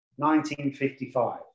1955